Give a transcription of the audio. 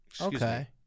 Okay